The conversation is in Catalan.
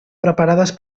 preparades